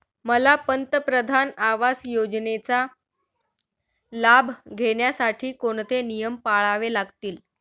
मला पंतप्रधान आवास योजनेचा लाभ घेण्यासाठी कोणते नियम पाळावे लागतील?